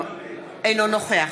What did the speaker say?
אינו נוכח